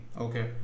Okay